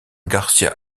garcía